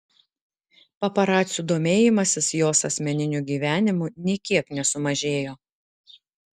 paparacių domėjimasis jos asmeniniu gyvenimu nė kiek nesumažėjo